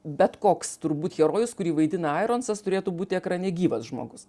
bet koks turbūt herojus kurį vaidina aironsas turėtų būti ekrane gyvas žmogus